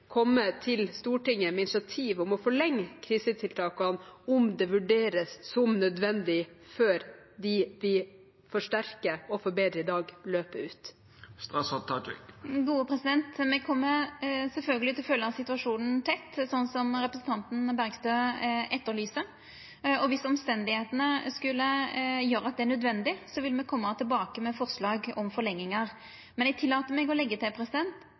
til Stortinget med initiativ om å forlenge krisetiltakene om det vurderes som nødvendig før de tiltakene vi forsterker og forbedrer i dag, løper ut. Me kjem sjølvsagt til å følgja situasjonen tett, slik som representanten Bergstø etterlyser. Og viss omstenda skulle gjera at det er nødvendig, vil me koma tilbake med forslag om forlengingar. Men eg tillèt meg å leggja til